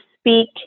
speak